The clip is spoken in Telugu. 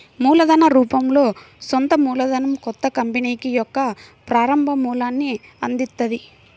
మూలధన రూపంలో సొంత మూలధనం కొత్త కంపెనీకి యొక్క ప్రారంభ మూలాన్ని అందిత్తది